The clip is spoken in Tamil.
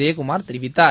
ஜெயக்குமார் தெரிவித்தார்